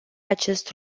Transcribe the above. acest